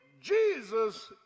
Jesus